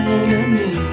enemy